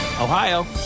Ohio